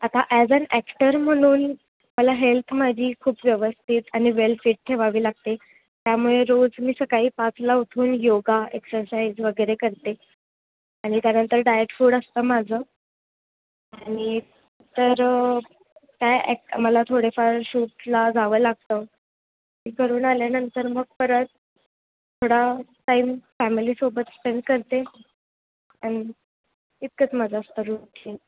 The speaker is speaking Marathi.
आता ॲज ॲन ॲक्टर म्हणून मला हेल्थ माझी खूप व्यवस्थित आणि वेल फिट ठेवावी लागते त्यामुळे रोज मी सकाळी पाचला उठून योगा एक्सरसाईज वगैरे करते आणि त्यानंतर डायेट फूड असत माझं आणि तर काय ॲक मला थोडेफार शूटला जावं लागतं ते करून आल्यानंतर मग परत थोडा टाईम फॅमिलीसोबत स्पेन करते आणि इतकच माझं असत रुटीन